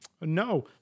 No